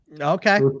Okay